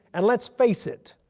and let's face it,